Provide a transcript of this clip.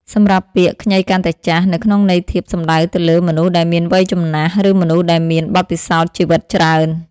សម្រាប់ពាក្យ ខ្ញីកាន់តែចាស់ នៅក្នុងន័យធៀបសំដៅទៅលើ មនុស្សដែលមានវ័យចំណាស់ ឬមនុស្សដែលមានបទពិសោធន៍ជីវិតច្រើន។